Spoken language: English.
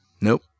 nope